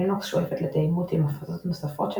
לינוקס שואפת לתאימות עם הפצות נוספות של